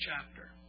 chapter